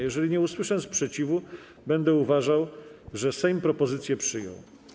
Jeżeli nie usłyszę sprzeciwu, będę uważał, że Sejm propozycję przyjął.